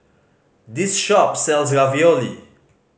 this shop sells Ravioli